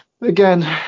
Again